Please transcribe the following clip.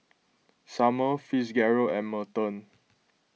Sumner Fitzgerald and Merton